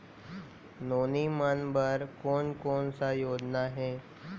नोनी मन बर कोन कोन स योजना हे?